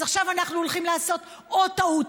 אז עכשיו אנחנו הולכים לעשות עוד טעות